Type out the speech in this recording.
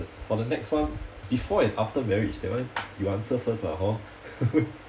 for the next one before and after marriage that one you answer first lah hor